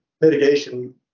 mitigation